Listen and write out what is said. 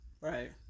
right